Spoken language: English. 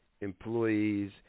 employees